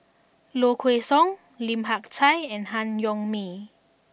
Low Kway Song Lim Hak Tai and Han Yong May